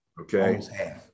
Okay